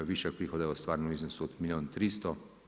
Višak prihoda je ostvareno u iznosu od milijun i 300.